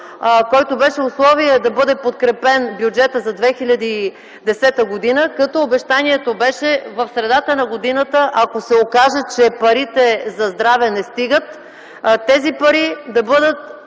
който беше условие да бъде подкрепен бюджетът за 2010 г., като обещанието беше в средата на годината, ако се окаже, че парите за здраве не стигат, тези пари да бъдат